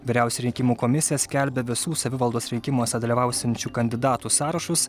vyriausioji rinkimų komisija skelbia visų savivaldos rinkimuose dalyvausiančių kandidatų sąrašus